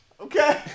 Okay